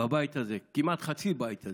בבית הזה, לכמעט חצי מהבית הזה,